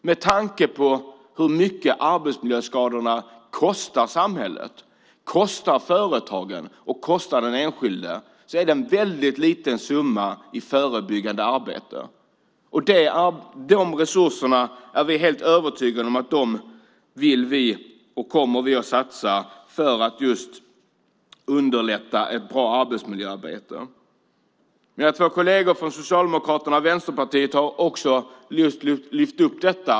Med tanke på hur mycket arbetsmiljöskadorna kostar samhället, företagen och den enskilde är det en väldigt liten summa i förebyggande arbete som behövs. De resurserna vill vi och kommer vi att satsa för att underlätta ett bra arbetsmiljöarbete. Mina två kolleger från Vänsterpartiet och Socialdemokraterna har också lyft upp detta.